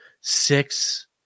Six